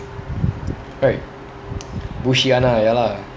right bullshit [one] ah ya lah